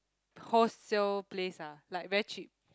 wholesale place ah like very cheap